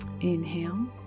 Inhale